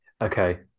Okay